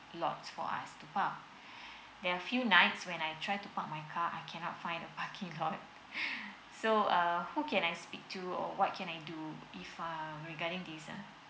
lots for us to park there are few nights when I tried to park my car I cannot find a parking so uh who can I speak to or what can I do if uh regarding this uh